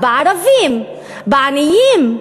בערבים, בעניים,